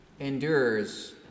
endures